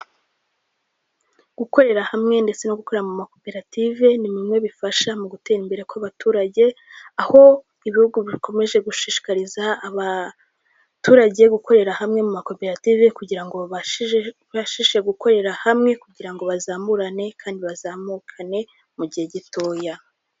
Gukorera hamwe ndetse no gukorera mu ma koperative ni bimwe bifasha mu gutera imbere kw'abaturage, aho ibihugu bikomeje gushishikariza abaturage gukorera hamwe mu ma koperative, kugira ngo babashe gukorera hamwe kugira ngo bazamurane kandi bazamukane mu gihe gitoya.